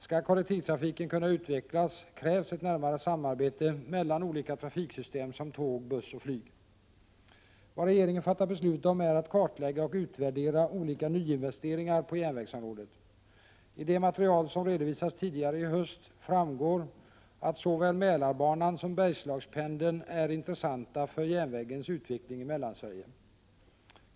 Skall kollektivtrafiken kunna utvecklas krävs ett närmare samarbete mellan olika trafiksystem som tåg, 113 buss och flyg. Vad regeringen fattat beslut om är att kartlägga och utvärdera olika i höst framgår att såväl Mälarbanan som Bergslagspendeln är intressanta för järnvägens utveckling i Mellansverige.